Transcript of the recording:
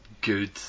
good